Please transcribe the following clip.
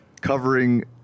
covering